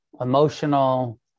emotional